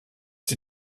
die